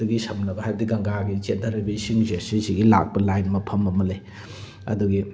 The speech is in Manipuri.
ꯗꯒꯤ ꯁꯝꯅꯕ ꯍꯥꯏꯕꯗꯤ ꯒꯪꯒꯥꯒꯤ ꯆꯦꯟꯗꯔꯛꯏꯕ ꯏꯁꯤꯡꯁꯦ ꯁꯤꯁꯤꯒꯤ ꯂꯥꯛꯄ ꯂꯥꯏꯟ ꯃꯐꯝ ꯑꯃ ꯂꯩ ꯑꯗꯨꯒꯤ